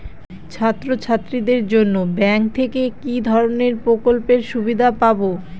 ছাত্রছাত্রীদের জন্য ব্যাঙ্ক থেকে কি ধরণের প্রকল্পের সুবিধে পাবো?